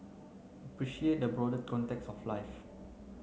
appreciate the broader context of life